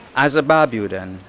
as a barbudan,